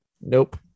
Nope